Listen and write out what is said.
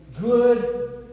good